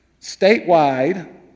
Statewide